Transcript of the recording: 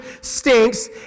stinks